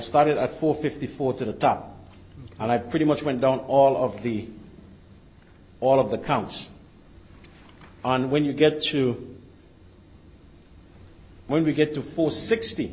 started at four fifty four to the top and i pretty much went on all of the all of the comes on when you get to when we get to four sixt